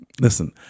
Listen